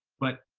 but,